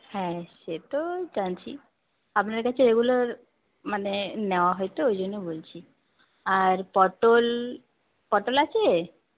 হ্যাঁ সে তো জানছি আপনার কাছে এগুলোর মানে নেওয়া হয় তো ওই জন্য় বলছি আর পটল পটল আছে